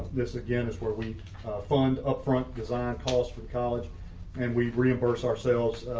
this again is where we fund upfront design calls for college and we reimburse ourselves.